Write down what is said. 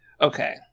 okay